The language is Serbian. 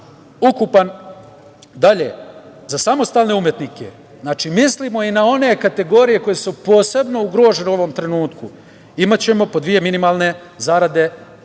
podržavamo. Dalje, za samostalne umetnike, znači, mislimo i na one kategorije koje su posebno ugrožene u ovom trenutku, imaćemo po dve minimalne zarade